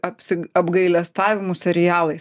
apsi apgailestavimų serialais